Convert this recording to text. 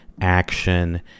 action